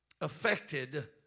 affected